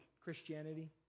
Christianity